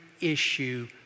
issue